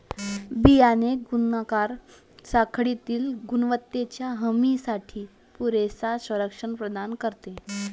बियाणे गुणाकार साखळीतील गुणवत्तेच्या हमीसाठी पुरेसे संरक्षण प्रदान करते